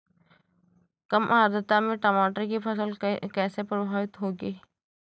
कम आर्द्रता में टमाटर की फसल कैसे प्रभावित होगी?